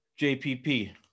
JPP